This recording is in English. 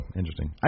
interesting